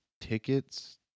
tickets